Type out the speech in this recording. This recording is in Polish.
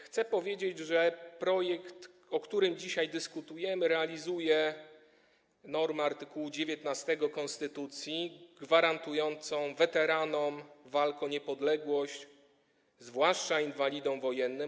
Chcę powiedzieć, że projekt, o którym dzisiaj dyskutujemy, realizuje normę art. 19 konstytucji gwarantującą weteranom walk o niepodległość, zwłaszcza inwalidom wojennym.